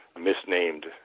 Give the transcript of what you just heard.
misnamed